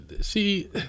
See